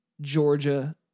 Georgia